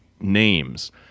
names